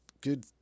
good